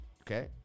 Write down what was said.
Okay